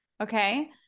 okay